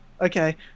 okay